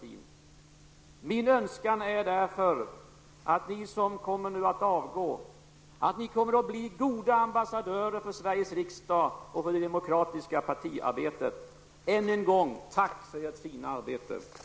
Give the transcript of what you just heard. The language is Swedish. Hon kom 1966 till andra kammaren, började som suppleant i jordbruksutskottet och är nu kulturutskottets kunniga och omtyckta ordförande. Jag vill med glädje återge några rader ur ett av